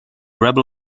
rebel